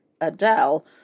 Adele